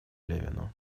левину